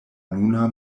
nuna